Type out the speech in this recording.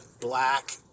Black